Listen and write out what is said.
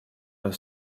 are